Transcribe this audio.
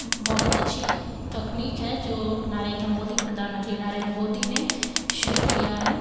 बहुत अच्छी तकनीक है जो नरेंद्र मोदी प्रधानमंत्री नरेंद्र मोदी ने शुरू किया है